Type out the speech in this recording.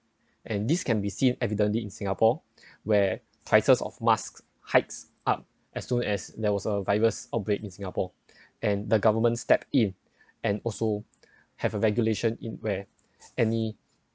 and this can be seen evidently in singapore where prices of mask hikes up as soon as there was a virus outbreak in singapore and the government stepped in and also have a regulation in where any